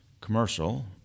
commercial